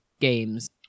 games